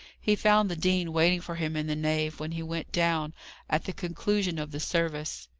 he found the dean waiting for him in the nave, when he went down at the conclusion of the service.